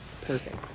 perfect